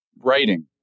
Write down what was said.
writing